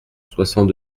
soixante